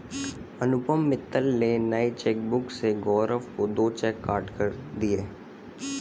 अनुपम मित्तल ने नए चेकबुक से गौरव को दो चेक काटकर दिया